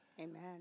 Amen